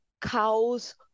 cows